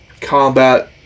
combat